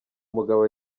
umugabo